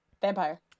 Vampire